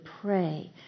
pray